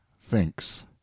thinks